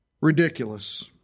ridiculous